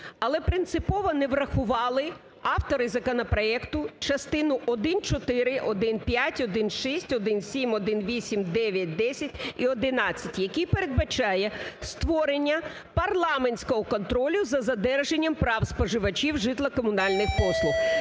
але принципово не врахували автори законопроекту частину 1.4, 1.5, 1.6, 1.7, 1.8, 9, 10 і 11, які передбачаю створення парламентського контролю за додержанням прав споживачів житло-комунальних послуг.